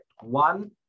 One